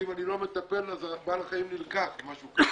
ואם אני לא מטפל אז בעל החיים נלקח או משהו כזה.